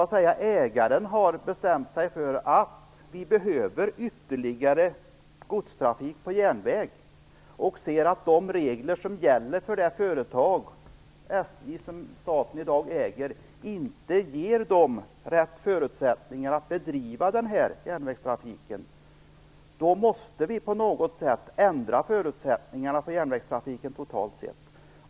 Men när ägaren har bestämt sig för att man behöver ytterligare godstrafik på järnväg och ser att de regler som gäller för det företaget - SJ, som staten i dag äger - inte ger dem rätt förutsättningar att bedriva den här järnvägstrafiken, då måste man på något sätt ändra förutsättningarna för järnvägstrafiken totalt sett.